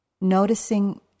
noticing